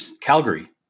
Calgary